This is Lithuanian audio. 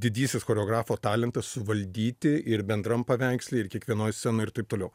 didysis choreografo talentas suvaldyti ir bendram paveiksle ir kiekvienoj scenoj ir taip toliau